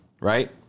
Right